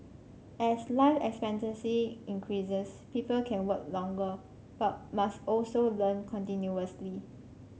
as life expectancy increases people can work longer but must also learn continuously